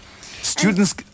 Students